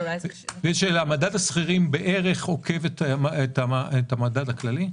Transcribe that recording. מדד השכירים בערך עוקב את המדד הכללי?